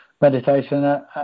meditation